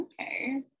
Okay